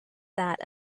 that